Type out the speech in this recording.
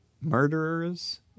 murderers